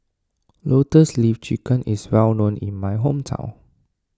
Lotus Leaf Chicken is well known in my hometown